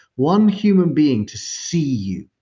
one human being to see you,